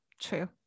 True